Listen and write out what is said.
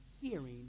hearing